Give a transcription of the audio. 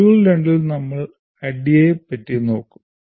module 2 ൽ നമ്മൾ ADDIE യെ പറ്റി നോക്കും